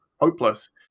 hopeless